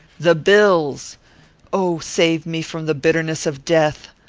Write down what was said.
the bills oh, save me from the bitterness of death!